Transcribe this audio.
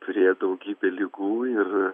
turėjo daugybę ligų ir